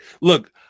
Look